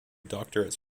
doctorates